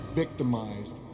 victimized